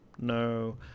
No